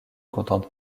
contente